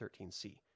13c